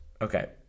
Okay